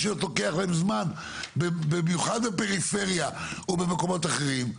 במיוחד בפריפריה ובמקומות אחרים?